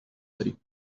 داریم